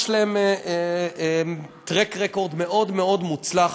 יש להם track record מאוד מאוד מוצלח,